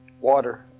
water